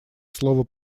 слово